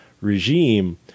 regime